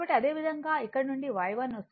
కాబట్టి అదేవిధంగా ఇక్కడ నుండి Y1 వస్తుంది